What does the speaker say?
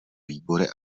výbory